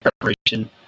preparation